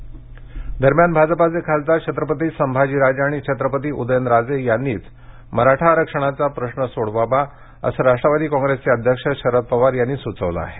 शरद पवार दरम्यान भाजपाचे खासदार छत्रपती संभाजीराजे आणि छत्रपती उदयनराजे यांनीच मराठा आरक्षणाचा प्रश्न सोडवावा असं राष्ट्रवादी काँग्रेसचे अध्यक्ष शरद पवार यांनी सुचवलं आहे